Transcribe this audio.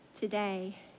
today